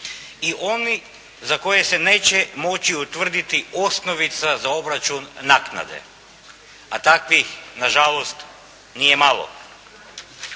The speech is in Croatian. i oni za koje se neće moći utvrditi osnovica za obračun naknade, a takvih na žalost nije malo.